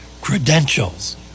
credentials